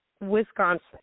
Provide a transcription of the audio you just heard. Wisconsin